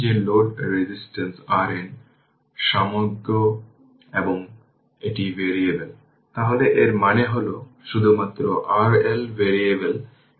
সুতরাং এই সমস্ত ix দেওয়া হয়েছে Vx দেওয়া হয়েছে এবং এটি একটি নোড এখানে KCL প্রয়োগ করবে